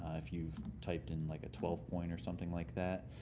if you typed and like a twelve point or something like that.